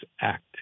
act